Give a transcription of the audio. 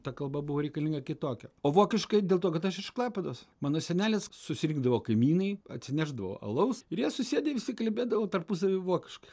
ta kalba buvo reikalinga kitokia o vokiškai dėl to kad aš iš klaipėdos mano senelis susirinkdavo kaimynai atsinešdavo alaus ir jie susėdę visi kalbėdavo tarpusavy vokiškai